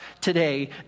today